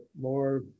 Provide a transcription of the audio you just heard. more